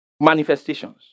manifestations